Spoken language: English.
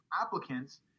applicants